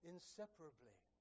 Inseparably